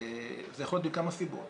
זה יכול להיות מכמה סיבות,